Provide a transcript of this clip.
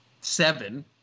Seven